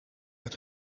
het